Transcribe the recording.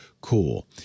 cool